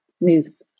news